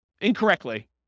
incorrectly